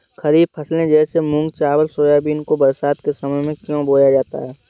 खरीफ फसले जैसे मूंग चावल सोयाबीन को बरसात के समय में क्यो बोया जाता है?